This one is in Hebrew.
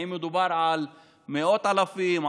האם מדובר על מאות אלפים?